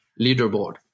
leaderboard